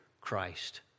Christ